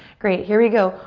great, here we go.